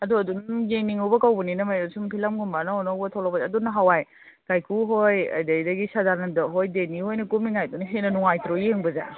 ꯑꯗꯨ ꯑꯗꯨꯝ ꯌꯦꯡꯅꯤꯡꯉꯨꯕ ꯀꯧꯕꯅꯤꯅ ꯁꯨꯝ ꯐꯤꯂꯝꯒꯨꯝꯕ ꯑꯅꯧ ꯑꯅꯧꯕ ꯊꯣꯛꯂꯛꯄꯁꯦ ꯑꯗꯨ ꯅꯍꯥꯟꯋꯥꯏ ꯀꯥꯏꯀꯨꯍꯣꯏ ꯑꯗꯩꯗꯒꯤ ꯁꯥꯗꯥꯅꯟꯗꯍꯣꯏ ꯗꯦꯅꯤꯍꯣꯏꯅ ꯀꯨꯝꯃꯤꯉꯥꯏꯗꯅ ꯍꯦꯟꯅ ꯅꯨꯡꯉꯥꯏꯇ꯭ꯔꯣ ꯌꯦꯡꯕꯁꯦ